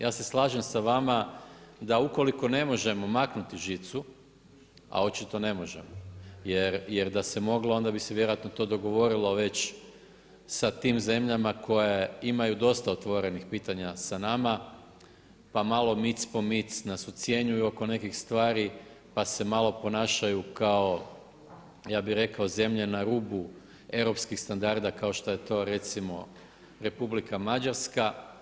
Ja se slažem s vama da ukoliko ne možemo maknuti žicu, a očito ne možemo, jer da se moglo, onda bi se vjerojatno to dogovorilo već sa tim zemljama koje imaju dosta otvorenih pitanja sa nama, pa malo mic po mic nas ucjenjuju oko nekih stvari, pa se malo ponašaju kao, ja bi rekao zemlje na rubu europskih standarda kao što je to recimo Republika Mađarska.